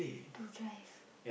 to drive